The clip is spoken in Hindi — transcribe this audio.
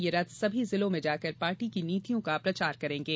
ये रथ सभी जिलों में जाकर पार्टी की नीतियों का प्रचार करेंगे